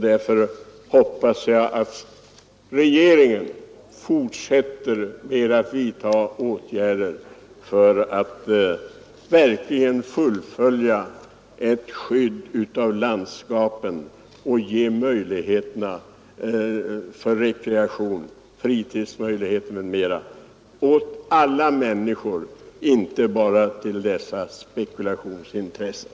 Därför hoppas jag att regeringen fortsätter med att vidta åtgärder för att verkligen fullfölja ett skydd av landskapet och ge möjligheter till rekreation på fritiden åt alla människor, och inte bara gynna dessa spekulationsintressen.